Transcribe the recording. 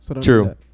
True